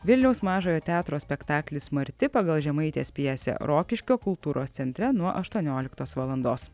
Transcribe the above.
vilniaus mažojo teatro spektaklis marti pagal žemaitės pjesę rokiškio kultūros centre nuo aštuonioliktos valandos